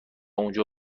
اونجا